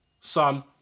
son